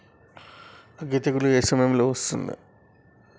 అగ్గి తెగులు ఏ సమయం లో వస్తుంది?